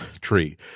tree